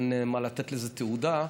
אין מה לתת לזה תהודה,